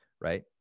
right